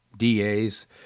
DAs